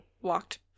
walked